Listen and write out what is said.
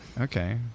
Okay